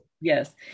Yes